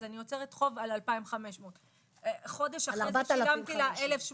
אז אני יוצרת חוב על 2,500. חודש אחרי זה שילמתי לה 1,890,